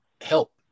help